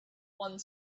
one